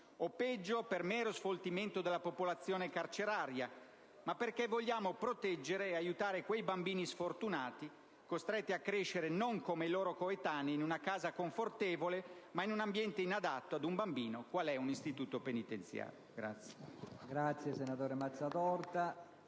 perseguire un mero sfoltimento della popolazione carceraria, ma perché vogliamo proteggere e aiutare quei bambini sfortunati, costretti a crescere non come i loro coetanei in una casa confortevole, ma in un ambiente inadatto ad un bambino qual è un istituto penitenziario.